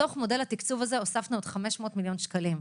בתוך מודל התקצוב הזה הוספנו עוד 500 מיליון שקלים.